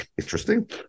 interesting